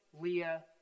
Leah